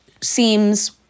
seems